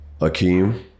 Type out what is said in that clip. Akeem